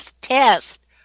test